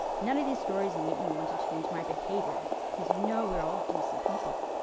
none of these stories make me want to change my behaviour, cause you know we're all decent people.